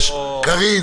כל פעולה אחרת.